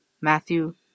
matthew